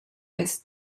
est